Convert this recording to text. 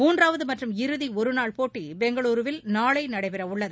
மூன்றாவது மற்றும் இறுதி ஒருநாள் போட்டி பெங்களூருவில் நாளை நடைபெறவுள்ளது